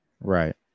right